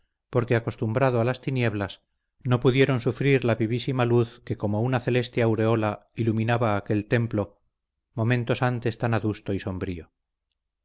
porque acostumbrados a las tinieblas no pudieron sufrir la vivísima luz que como una celeste aureola iluminaba aquel templo momentos antes tan adusto y sombrío